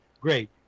Great